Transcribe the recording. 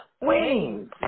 wings